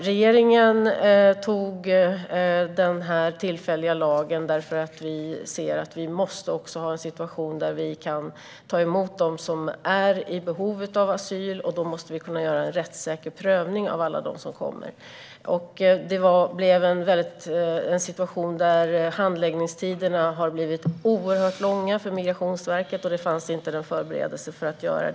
Regeringen fattade beslut om den tillfälliga lagen därför att vi ser att vi måste ha en situation där vi kan ta emot dem som är i behov av asyl, och då måste vi kunna göra en rättssäker prövning av alla dem som kommer. Det blev en situation där handläggningstiderna blev oerhört långa för Migrationsverket, och det fanns ingen förberedelse för detta.